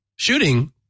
Shooting